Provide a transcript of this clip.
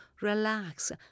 relax